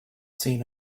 seen